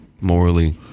morally